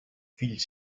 fill